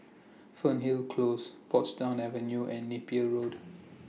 Fernhill Close Portsdown Avenue and Napier Road